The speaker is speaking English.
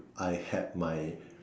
I had my